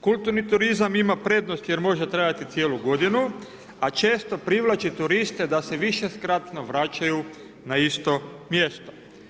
Kulturni turizam ima prednost jer može trajati cijelu godinu, a često privlači turiste da se višekratno vraćaju na isto mjesto.